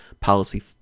policy